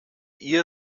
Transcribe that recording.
ihr